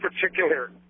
particular